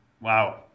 wow